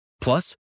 Plus